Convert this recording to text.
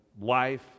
Life